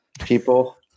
people